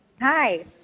Hi